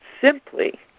simply